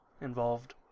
involved